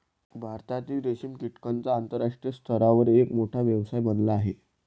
भारतातील रेशीम कीटकांचा आंतरराष्ट्रीय स्तरावर एक मोठा व्यवसाय बनला आहे